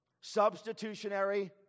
Substitutionary